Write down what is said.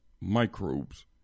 microbes